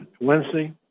Wednesday